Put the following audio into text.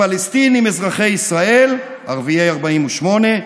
הפלסטינים אזרחי ישראל, ערביי 48',